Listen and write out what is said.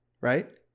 right